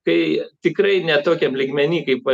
tai tikrai ne tokiam lygmeny kaip